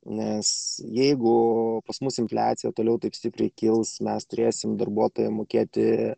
nes jeigu pas mus infliacija toliau taip stipriai kils mes turėsime darbuotojams mokėti